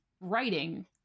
writing